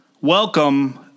welcome